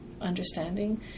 understanding